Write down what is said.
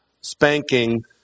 spanking